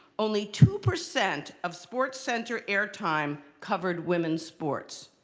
only two percent of sports center air time covered women's sports.